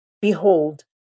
Behold